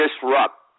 disrupt